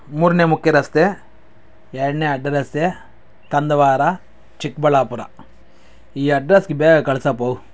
ಮೂರನೇ ಮುಖ್ಯರಸ್ತೆ ಎರಡನೇ ಅಡ್ಡರಸ್ತೆ ಕಂದವಾರ ಚಿಕ್ಕಬಳ್ಳಾಪುರ ಈ ಅಡ್ರೆಸ್ಗೆ ಬೇಗ ಕಳಿಸಪ್ಪ